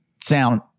sound